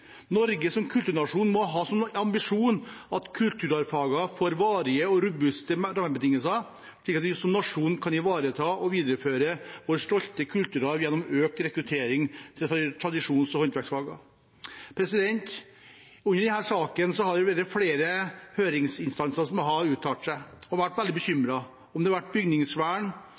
Norge som kulturnasjon må ha som ambisjon at kulturarvfagene får varige og robuste rammebetingelser, slik at vi som nasjon kan ivareta og videreføre vår stolte kulturarv gjennom økt rekruttering til tradisjons- og håndverksfagene. I denne saken har det vært flere høringsinstanser som har uttalt seg og vært veldig bekymret – Bygningsvern, Museumsnettverket for tradisjonshåndverk, Rørosmuseet, Norske Fag- og Friskolers Landsforbund, Norges Husflidslag med flere. Det